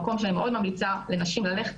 גם כשכבר עזבתי את הבית,